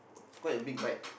it's quite a big bike